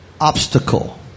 obstacle